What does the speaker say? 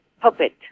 puppet